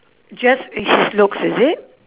just is his looks is it